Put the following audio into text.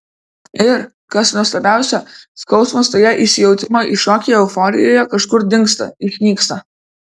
ir kas nuostabiausia skausmas toje įsijautimo į šokį euforijoje kažkur dingsta išnyksta